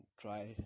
try